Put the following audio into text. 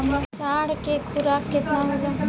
साँढ़ के खुराक केतना होला?